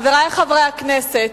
חברי חברי הכנסת,